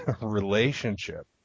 relationship